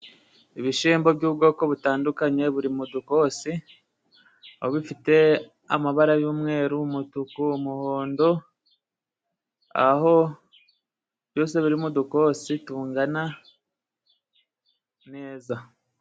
Ibishimbo by'ubwoko butandukanye buri mu dukosi aho bifite amabara y'umweru, umutuku, umuhondo aho byose biri mu dukosi tungana neza.